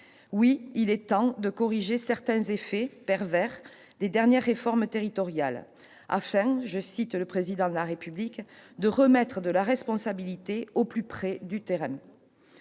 Oui, il est temps de corriger certains effets pervers des dernières réformes territoriales, afin- je cite le Président de la République -de « remettre de la responsabilité au plus près du terrain